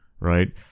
Right